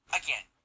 again